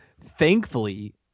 thankfully